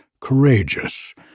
courageous